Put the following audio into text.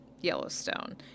Yellowstone